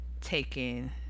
taken